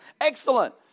Excellent